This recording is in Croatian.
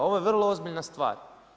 Ovo je vrlo ozbiljna stvar.